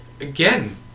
again